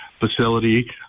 facility